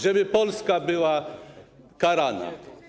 Żeby Polska była karana.